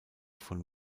von